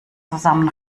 zusammen